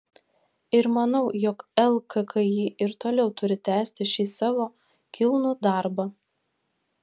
ir manau jog lkki ir toliau turi tęsti šį savo kilnų darbą